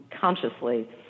consciously